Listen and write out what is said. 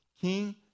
King